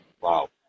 wow